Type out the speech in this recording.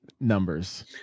numbers